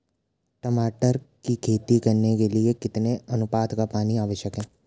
टमाटर की खेती करने के लिए कितने अनुपात का पानी आवश्यक है?